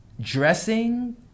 dressing